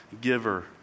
giver